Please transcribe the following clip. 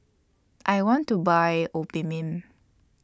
I want to Buy Obimin